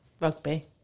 Rugby